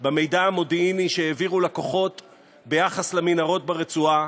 במידע המודיעיני שהעבירו לכוחות ביחס למנהרות ברצועה,